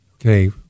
Okay